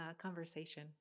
conversation